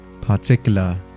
particular